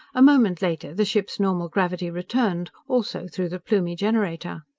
a moment later the ship's normal gravity returned also through the plumie generator.